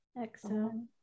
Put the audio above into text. exhale